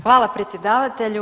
Hvala predsjedavatelju.